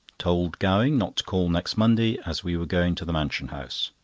told gowing not to call next monday, as we were going to the mansion house.